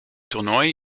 toernooi